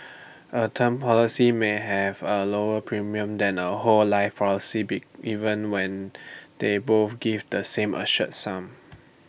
A term policy may have A lower premium than A whole life policy be even when they both give the same assured sum